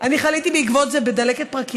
אני חליתי בעקבות זה בדלקת פרקים.